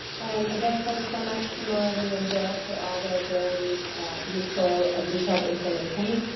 and again, thanks so much to morralee and bill for all their very useful and detailed information.